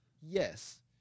Yes